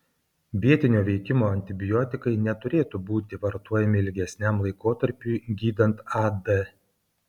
vietinio veikimo antibiotikai neturėtų būti vartojami ilgesniam laikotarpiui gydant ad